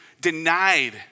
denied